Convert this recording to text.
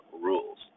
rules